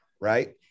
right